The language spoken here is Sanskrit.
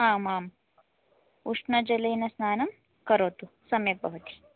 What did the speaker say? आमाम् उष्णजलेन स्नानं करोतु सम्यक् भवति